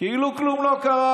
כאילו כלום לא קרה.